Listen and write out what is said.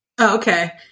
Okay